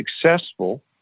successful